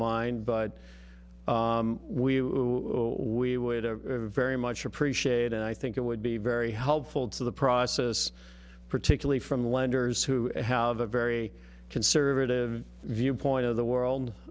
mind but we we would a very much appreciate and i think it would be very helpful to the process particularly from lenders who have a very conservative viewpoint of the world